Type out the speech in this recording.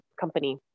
company